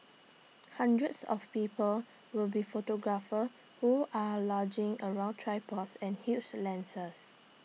hundreds of people will be photographers who are lugging around tripods and huge lenses